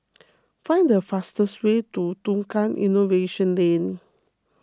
find the fastest way to Tukang Innovation Lane